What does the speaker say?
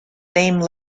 name